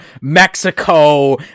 mexico